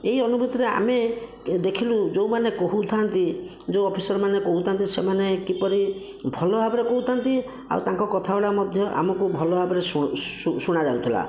ଏହି ଅନୁଭୁତିରେ ଆମେ ଦେଖିଲୁ ଯେଉଁମାନେ କହୁଥାନ୍ତି ଯେଉଁ ଅଫିସର୍ ମାନେ କହୁଥାନ୍ତି ସେମାନେ କିପରି ଭଲ ଭାବରେ କହୁଥାନ୍ତି ଆଉ ତାଙ୍କ କଥାଗୁଡ଼ା ମଧ୍ୟ ଆମକୁ ଭଲ ଭାବରେ ଶୁଣାଯାଉଥିଲା